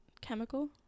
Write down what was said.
chemical